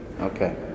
Okay